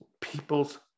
People's